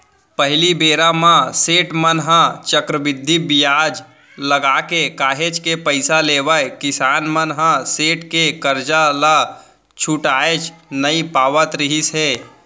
पहिली बेरा म सेठ मन ह चक्रबृद्धि बियाज लगाके काहेच के पइसा लेवय किसान मन ह सेठ के करजा ल छुटाएच नइ पावत रिहिस हे